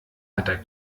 wetter